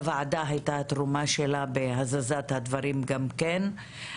לוועדה הייתה תרומה שלה בהזזת הדברים גם כן.